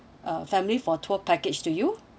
uh family for tour package to you